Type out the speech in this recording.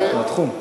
בתחום.